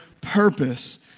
purpose